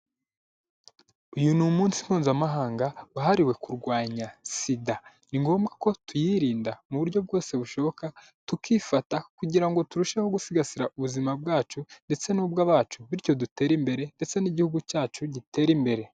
Uyu ni umunsi Mpuzamahanga wahariwe kurwanya Sida, ni ngombwa ko tuyirinda mu buryo bwose bushoboka tukifata kugira ngo turusheho gusigasira ubuzima bwacu ndetse n'ubw'abacu, bityo dutere imbere ndetse n'Igihugu cyacu gitere imbere.